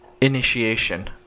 initiation